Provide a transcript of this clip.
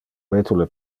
vetule